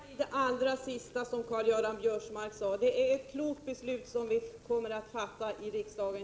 Fru talman! Jag kan instämma i det allra sista som Karl-Göran Biörsmark sade. Det är ett klokt beslut som vi nu kommer att fatta i riksdagen.